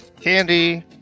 candy